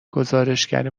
گزارشگر